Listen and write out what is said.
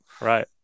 Right